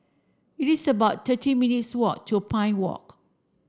it's about thirteen minutes' walk to Pine Walk